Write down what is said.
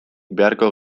beharko